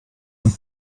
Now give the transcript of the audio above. und